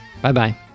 Bye-bye